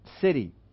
city